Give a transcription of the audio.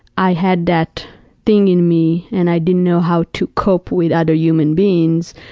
i had that thing in me and i didn't know how to cope with other human beings.